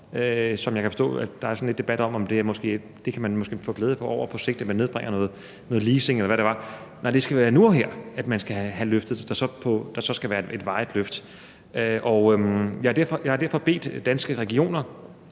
For jeg kan forstå, der er sådan lidt debat om, om man måske kan få glæde af på sigt, at man nedbringer noget leasing, eller hvad det var, men nej, det skal være nu og her, man skal have løftet det, og så skal der være et varigt løft. Jeg har derfor bedt Danske Regioner